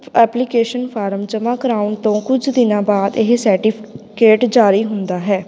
application form ਜਮ੍ਹਾਂ ਕਰਵਾਉਣ ਤੋਂ ਕੁਝ ਦਿਨਾਂ ਬਾਅਦ ਇਹ ਸਰਟੀਫਿਕੇਟ ਜਾਰੀ ਹੁੰਦਾ ਹੈ